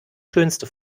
schönste